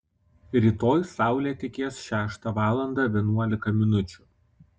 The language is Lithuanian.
rytoj saulė tekės šeštą valandą vienuolika minučių